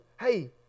hey